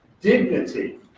Dignity